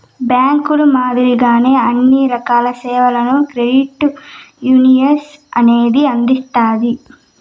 బ్యాంకుల మాదిరిగానే అన్ని రకాల సేవలను క్రెడిట్ యునియన్ అనేది అందిత్తాది